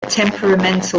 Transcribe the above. temperamental